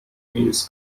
mills